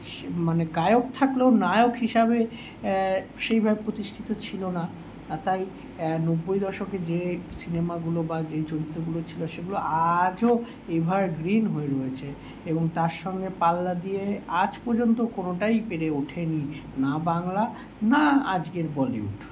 সেই মানে গায়েক থাকলেও নায়ক হিসাবে সেইভাবে প্রতিষ্ঠিত ছিলো না আর তাই নব্বই দশকের যে সিনেমাগুলো বা যে চরিত্রগুলো ছিলো সেগুলো আজও এভারগ্রিন হয়ে রয়েছে এবং তার সঙ্গে পাল্লা দিয়ে আজ পর্যন্ত কোনোটাই পেরে ওঠে নি না বাংলা না আজকের বলিউড